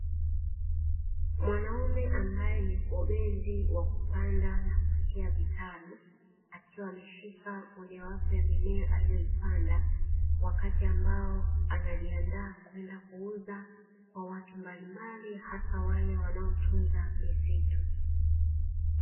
Mwanaume ambae ni mbobezi wa kupanda na kusia vitalu, akiwa ameshika moja wapo ya mimea alioipanda wakati ambao anajiandaa kwenda kuuza kwa watu mbalimbali hasa wale wanaotunza misitu.